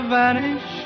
vanish